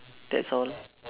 that's all